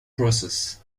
process